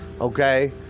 okay